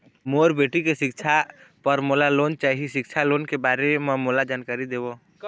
मोर बेटी के सिक्छा पर मोला लोन चाही सिक्छा लोन के बारे म मोला जानकारी देव?